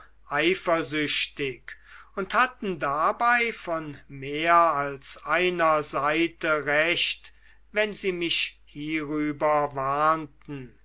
eifersüchtig und hatten dabei von mehr als einer seite recht wenn sie mich hierüber warnten